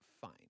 fine